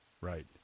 Right